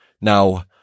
Now